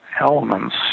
elements